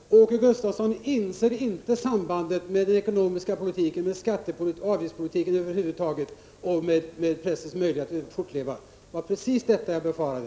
Herr talman! Det var precis som jag befarade. Åke Gustavsson inser inte sambandet mellan den ekonomiska politiken, skattepolitiken, avgiftspolitiken över huvud taget och pressens möjligheter att fortleva. Det var som sagt precis detta jag befarade.